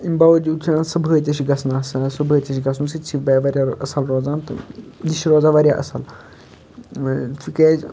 امہِ باوٚوجوٗد چھُ صبحٲے تہِ چھ گژھان آسان صُبحٲے تہِ چھ گژھُن سُہ تہِ چھُ واریاہ اَصل روزان تہٕ یہِ چھُ روزان واریاہ اَصل کیازِ